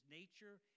nature